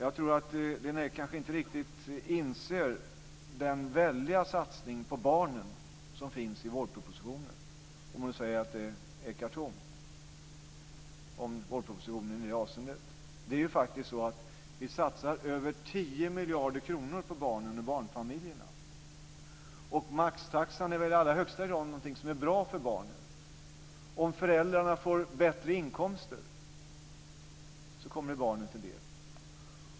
Jag tror att Lena Ek kanske inte riktigt inser vilken väldig satsning på barnen som finns i vårpropositionen, eftersom hon säger att det ekar tomt. Vi satsar över 10 miljarder kronor på barnfamiljerna, och maxtaxan är väl någonting som i högsta grad är bra för barnen. Om föräldrarna får bättre inkomster kommer det barnen till del.